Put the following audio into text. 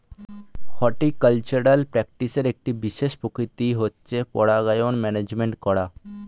horticultural প্র্যাকটিসের একটি বিশেষ প্রকৃতি হচ্ছে পরাগায়ন ম্যানেজমেন্ট করা